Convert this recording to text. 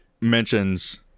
mentions